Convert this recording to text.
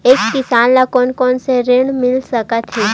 एक किसान ल कोन कोन से ऋण मिल सकथे?